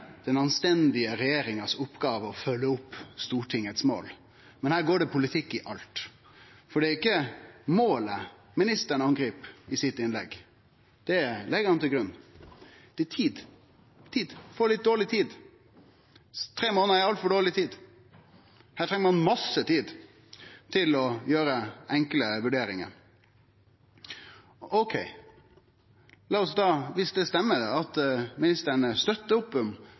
å følgje opp Stortingets mål. Men her går det politikk i alt, for det er ikkje målet ministeren angrip i sitt innlegg. Det legg han til grunn. Det er tida – ein får litt dårleg tid. Tre månader er altfor dårleg tid. Her treng ein mykje tid til å gjere enkle vurderingar. Viss det stemmer at ministeren